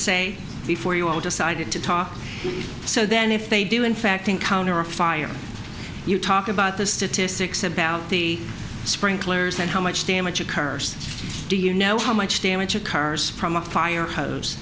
say before you won't decided to talk so then if they do in fact encounter a fire you talk about the statistics about the sprinklers and how much damage occurs do you know how much damage to cars from a fire hose